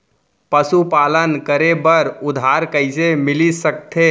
पशुपालन करे बर उधार कइसे मिलिस सकथे?